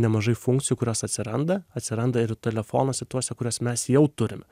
nemažai funkcijų kurios atsiranda atsiranda ir telefonuose tuose kuriuos mes jau turime